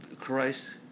Christ